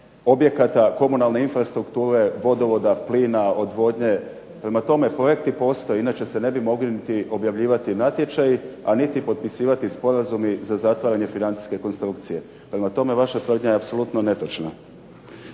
objekata komunalne infrastrukture, vodovoda, plina, odvodnje. Prema tome projekti postoje, inače se ne bi mogli niti objavljivati natječaji, a niti potpisivati sporazumi za zatvaranje financijske konstrukcije. Prema tome vaša tvrdnja je apsolutno netočna.